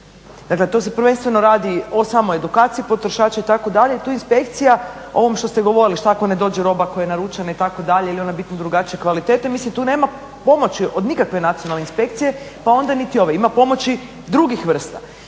Dakle, tu se prvenstveno radi o samoj edukaciji potrošača itd. Tu inspekcija o ovom što ste govorili šta ako ne dođe roba koja je naručena itd. ili je ona bitno drugačije kvalitete. Mislim tu nema pomoći od nikakve nacionalne inspekcije, pa onda niti ove. Ima pomoći drugih vrsta.